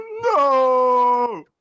No